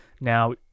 now